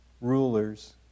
rulers